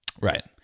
Right